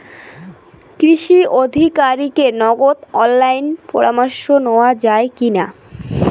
কৃষি আধিকারিকের নগদ অনলাইন পরামর্শ নেওয়া যায় কি না?